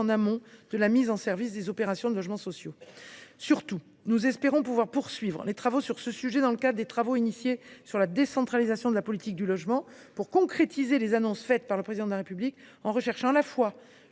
amont de la mise en service des opérations de logements sociaux. Surtout, nous espérons pouvoir poursuivre les travaux sur ce sujet dans le cadre des travaux engagés sur la décentralisation de la politique du logement, pour concrétiser les annonces faites par le Président de la République, en recherchant à la fois